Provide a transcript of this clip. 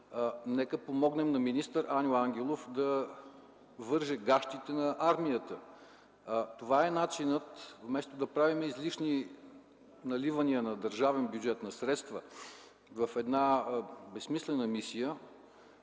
Нека помогнем на министър Аню Ангелов „да върже гащите” на армията! Това е начинът, вместо да правим излишни наливания на средства от държавния бюджет в една безсмислена мисия,